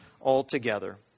altogether